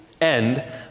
end